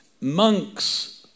monks